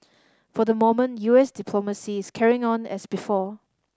for the moment U S diplomacy is carrying on as before